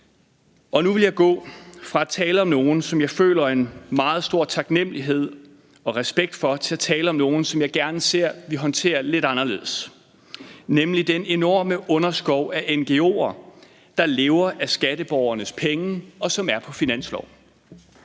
Nu vil jeg gå fra at tale om nogle, som jeg føler en meget stor taknemlighed over og respekt for, til at tale om nogle, som jeg gerne ser vi håndterer lidt anderledes, nemlig den enorme underskov af ngo'er, der lever af skatteborgernes penge, og som er på finansloven.